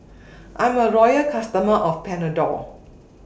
I'm A Loyal customer of Panadol